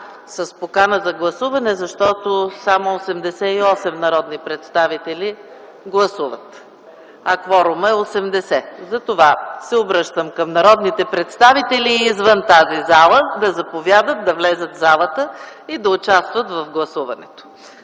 с покана за гласуване, защото само 88 народни представители гласуват, кворумът е 80. Затова се обръщам към народните представители извън тази зала – да заповядат, да влязат в залата и да участват в гласуването.